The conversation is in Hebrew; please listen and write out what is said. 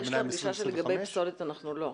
הביניים ב-2025 -- יש לי הרגשה שלגבי פסולת אנחנו לא.